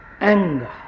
anger